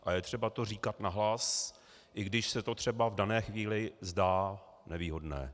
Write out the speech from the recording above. A je třeba to říkat nahlas, i když se to třeba v dané chvíli zdá nevýhodné.